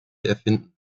erfinden